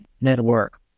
network